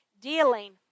dealing